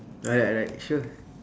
right alright sure